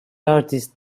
artist